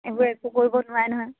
এইবোৰ একো কৰিব নোৱাৰে নহয়